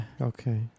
Okay